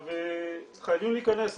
חייבים להכנס,